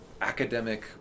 academic